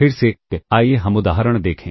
फिर से आइए हम उदाहरण देखें